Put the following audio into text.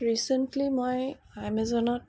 recently মই এমেজনত